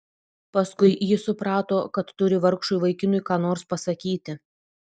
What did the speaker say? paskui ji suprato kad turi vargšui vaikinui ką nors pasakyti